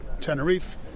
Tenerife